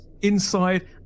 inside